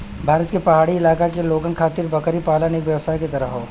भारत के पहाड़ी इलाका के लोगन खातिर बकरी पालन एक व्यवसाय के तरह हौ